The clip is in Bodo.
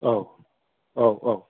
औ औ औ